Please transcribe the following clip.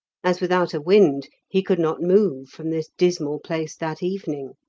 as without a wind he could not move from this dismal place that evening.